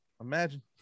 imagine